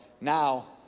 Now